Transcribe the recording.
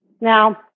Now